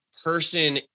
person